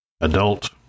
adult